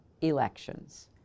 elections